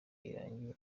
irangi